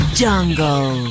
jungle